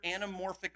anamorphic